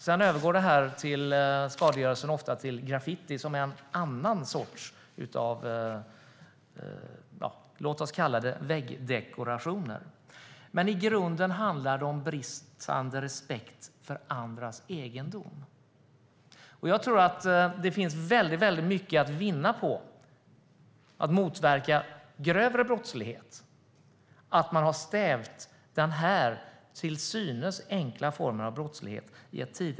Sedan övergår skadegörelsen ofta till graffiti som är en annan sorts "väggdekorationer". Men i grunden handlar det om bristande respekt för andras egendom. Det finns nog väldigt mycket att vinna på att motverka grövre brottslighet om man tidigt kan stävja den här till synes enkla formen av brottslighet.